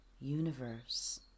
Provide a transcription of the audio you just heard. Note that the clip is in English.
universe